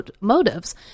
motives